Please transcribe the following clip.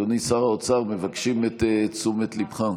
אדוני שר האוצר, מבקשים את תשומת ליבך.